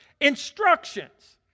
instructions